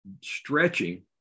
stretching